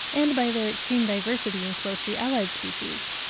and by their extreme diversity in closely-allied species.